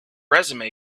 resume